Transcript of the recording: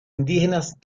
indígenas